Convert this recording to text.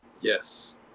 Yes